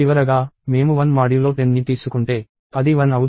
చివరగా మేము 1 మాడ్యులో 10ని తీసుకుంటే అది 1 అవుతుంది మరియు 1 div 10 ఇది 0 అవుతుంది